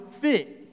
fit